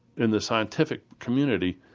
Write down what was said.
in the scientific community,